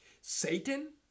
Satan